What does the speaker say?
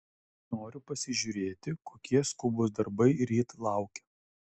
noriu pasižiūrėti kokie skubūs darbai ryt laukia